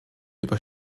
über